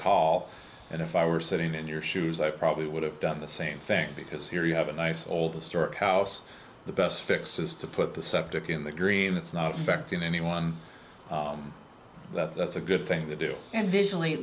call and if i were sitting in your shoes i probably would have done the same thing because here you have a nice old historic house the best fix is to put the septic in the green it's not affecting anyone that's a good thing to do and visually